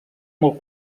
molt